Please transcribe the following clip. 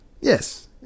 Yes